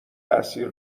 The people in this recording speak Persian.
تاثیر